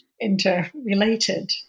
interrelated